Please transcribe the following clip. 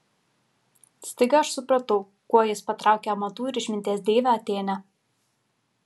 staiga aš supratau kuo jis patraukė amatų ir išminties deivę atėnę